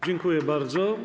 Dziękuję bardzo.